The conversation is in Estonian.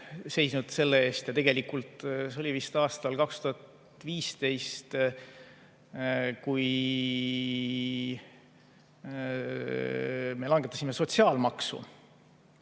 seisnud selle eest. See oli vist aastal 2015, kui me langetasime sotsiaalmaksu,